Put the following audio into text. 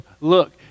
look